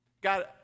God